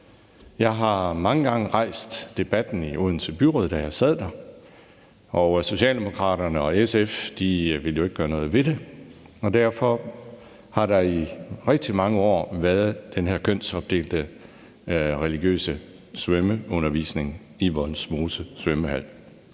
Jeg har mange gange det rejst debatten i Odense Byråd, da jeg sad der, og Socialdemokraterne og SF ville jo ikke gøre noget ved det, og derfor har der i rigtig mange år været den her kønsopdelte religiøse svømmeundervisning i Vollsmose svømmehal.